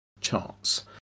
charts